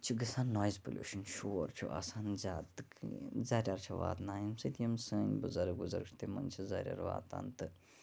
چھ گَژھان noise pollution شور چھُ آسان زیادٕ زَریٚر چھ واتان ییٚمہِ سۭتۍ یِم سٲنٛۍ بُزرگ وُزَرگ چھِ تِمَن چھ زَریر واتان تہٕ